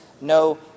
no